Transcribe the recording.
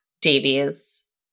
Davies